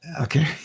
Okay